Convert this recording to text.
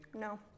No